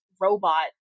robot